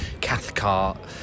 Cathcart